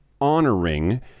honoring